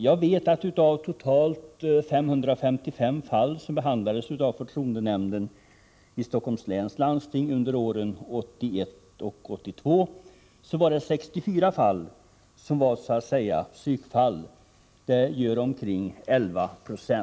Jag vet att av de totalt 555 fall som under åren 1981-1982 behandlades av förtroendenämnden i Stockholms läns landsting var 64 fall så att säga psykfall. Det motsvarar omkring 11 96.